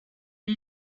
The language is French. est